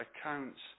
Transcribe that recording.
accounts